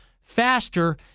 faster